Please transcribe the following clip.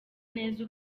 neza